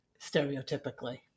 stereotypically